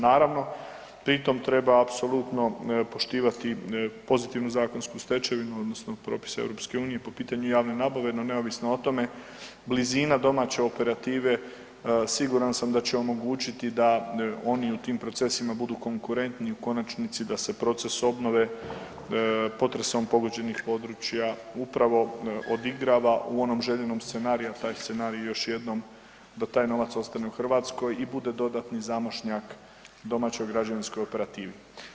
Naravno pri tom treba apsolutno poštivati pozitivnu zakonsku stečevinu odnosno propise EU po pitanju javne nabave, no neovisno o tome blizina domaće operative siguran sam da će omogućiti da oni u tim procesima budu konkurentni i u konačnici da se proces obnove potresom pogođenih područja upravo odigrava u onom željenom scenariju, a taj scenarij još jednom da taj novac ostane u Hrvatskoj i bude dodatan zamašnjak domaćoj građevinskoj operativi.